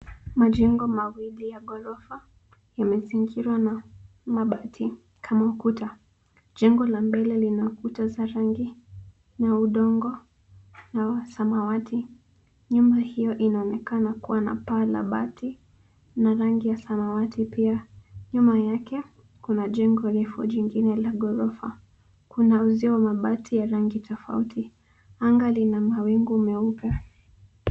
Majengo mawili ya gorofa yamezingirwa na mabati kama kuta, jengo la mbele zina kuta za rangi na udongo na samawati. Nyumba hio inaonekana kua na paa la bati na rangi ya samawati pia, nyuma yake kuna jengo refu jingine la gorofa kuna mabati ya rangi tofauti anga lina mawingu meupe